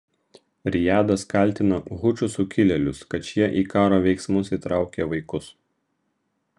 rijadas kaltina hučių sukilėlius kad šie į karo veiksmus įtraukia vaikus